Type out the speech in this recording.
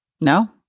No